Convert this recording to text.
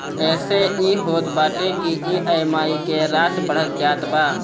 एसे इ होत बाटे की इ.एम.आई के राशी बढ़ जात बा